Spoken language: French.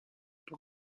pour